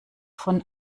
von